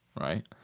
Right